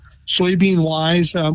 Soybean-wise